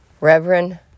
Reverend